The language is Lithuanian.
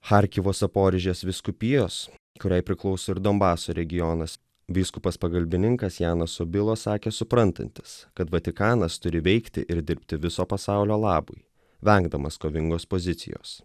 charkivo zaporižės vyskupijos kuriai priklauso ir donbaso regionas vyskupas pagalbininkas janas sobilo sakė suprantantis kad vatikanas turi veikti ir dirbti viso pasaulio labui vengdamas kovingos pozicijos